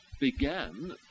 began